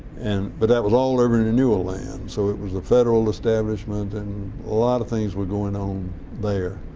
and but that was all urban renewal land, so it was a federal establishment and a lot of things were going on there.